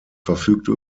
verfügte